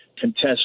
contest